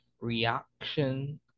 reaction